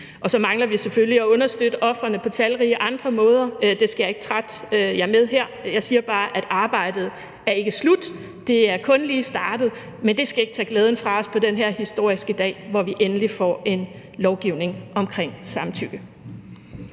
Og så mangler vi selvfølgelig at understøtte ofrene på talrige andre måder. Det skal jeg ikke trætte jer med her. Jeg siger bare, at arbejdet ikke er slut, det er kun lige startet, men det skal ikke tage glæden fra os på den her historiske dag, hvor vi endelig får en lovgivning om samtykke.